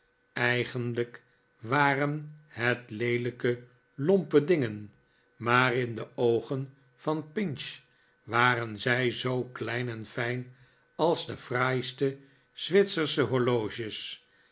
eigenlijk waren het leelijke lompe dingen maar in de oogen van pinch waren zij zoo klein en fijn als de fraaiste zwitsersche horloges